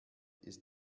ist